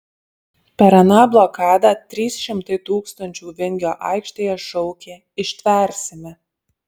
per aną blokadą trys šimtai tūkstančių vingio aikštėje šaukė ištversime